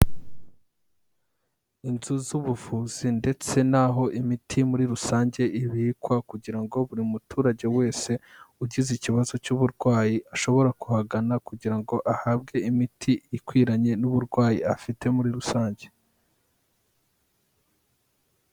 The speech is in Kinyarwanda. Inzu z'ubuvuzi ndetse n'aho imiti muri rusange ibikwa, kugira ngo buri muturage wese ugize ikibazo cy'uburwayi, ashobora kuhagana kugira ngo ahabwe imiti ikwiranye n'uburwayi afite muri rusange.